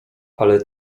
ale